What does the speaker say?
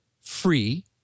free